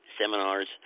seminars